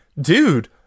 dude